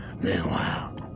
Meanwhile